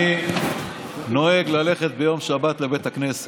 אני נוהג ללכת ביום שבת לבית הכנסת.